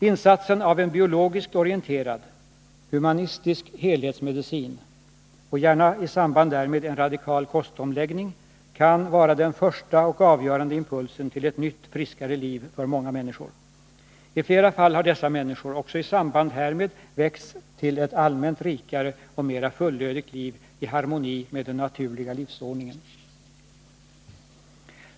Insatsen av en biologiskt orienterad, humanistisk helhetsmedicin — och gärna isamband därmed en radikal kostomläggning— kan vara den första och avgörande impulsen till ett nytt, friskare liv för många människor. I flera fall har dessa människor också i samband härmed väckts till ett allmänt rikare och mera fullödigt liv i harmoni med den naturliga livsordningen.